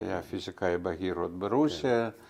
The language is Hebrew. ‫היה פיזיקאי בהיר עוד ברוסיה.